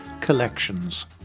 collections